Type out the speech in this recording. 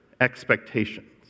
expectations